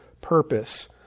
purpose